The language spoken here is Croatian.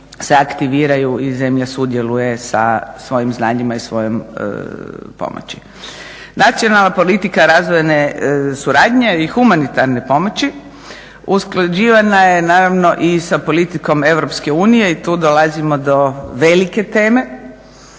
se aktiviraju i zemlja sudjeluje sa svojim znanjima i svojom pomoći. Nacionalna politika razvojne suradnje i humanitarne pomoći usklađivana je naravno i sa političkom Europske unije i tu dolazimo do velike teme